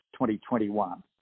2021